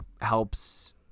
helps